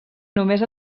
només